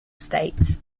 states